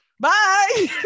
bye